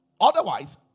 Otherwise